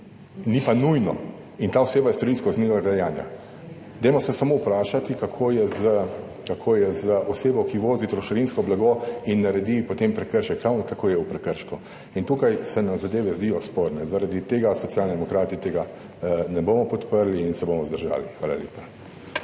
ni pa nujno. Ta oseba je storilec kaznivega dejanja. Dajmo se samo vprašati, kako je z osebo, ki vozi trošarinsko blago in potem naredi prekršek. Ravno tako je v prekršku in tukaj se nam zadeve zdijo sporne. Zaradi tega Socialni demokrati tega ne bomo podprli in se bomo vzdržali. Hvala lepa.